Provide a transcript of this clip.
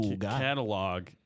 catalog